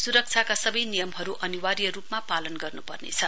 सुरक्षाका सवै नियमहरु अनिवार्य रुपमा पालन गर्नुपर्नेछ